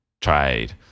trade